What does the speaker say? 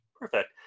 Perfect